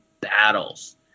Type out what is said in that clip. battles